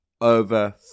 over